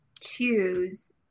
choose